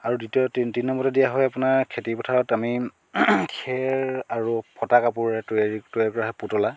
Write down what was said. আৰু দ্বিতীয়তে তিনি তিনি নম্বৰতে দিয়া হয় আপোনাৰ খেতি পথাৰত আমি খেৰ আৰু ফটা কাপোৰেৰে তৈয়াৰী তৈয়াৰ কৰা হয় পুতলা